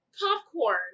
popcorn